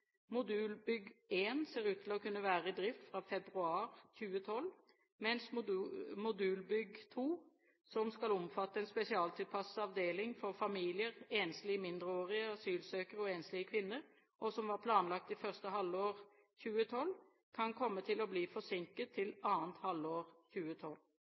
Modulbygg 1 ser ut til å kunne være i drift fra februar 2012, mens modulbygg 2, som skal omfatte en spesialtilpasset avdeling for familier, enslige mindreårige asylsøkere og enslige kvinner, og som var planlagt til første halvår 2012, kan komme til å bli forsinket til andre halvår 2012.